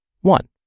One